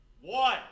One